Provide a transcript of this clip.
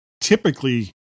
typically